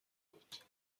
بود